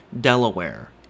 Delaware